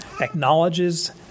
acknowledges